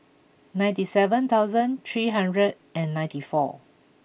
ninety seven thousand three hundred and ninety four